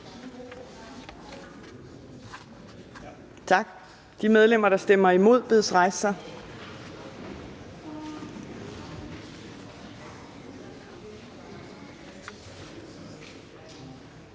Tak. De medlemmer, der stemmer imod, bedes rejse sig.